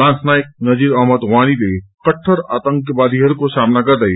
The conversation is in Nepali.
लान्स नायक नजीर अहमद वानीले कट्टर आतंकवादीहरूको सामना गर्दै